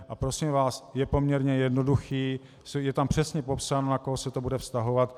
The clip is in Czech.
A prosím vás, je poměrně jednoduchý, je tam přesně popsáno, na koho se to bude vztahovat.